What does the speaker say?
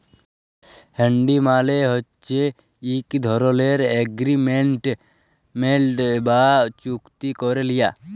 হুল্ডি মালে হছে ইক ধরলের এগ্রিমেল্ট বা চুক্তি ক্যারে লিয়া